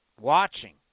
watching